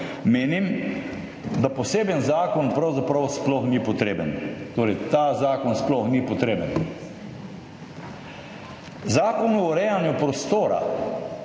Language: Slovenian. menim, da poseben zakon pravzaprav sploh ni potreben, torej ta zakon sploh ni potreben. Zakon o urejanju prostora